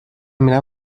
میرم